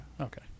Okay